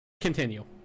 Continue